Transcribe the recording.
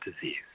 disease